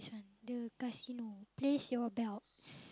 the casino place your belts